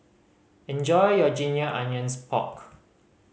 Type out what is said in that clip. enjoy your ginger onions pork